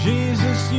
Jesus